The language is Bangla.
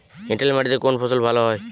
এঁটেল মাটিতে কোন ফসল ভালো হয়?